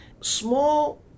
Small